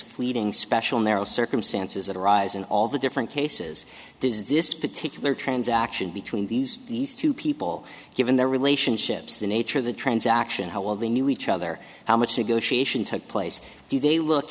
fleeting special narrow circumstances that arise in all the different cases does this particular transaction between these these two people given their relationships the nature of the transaction how well they knew each other how much they go she took place do they look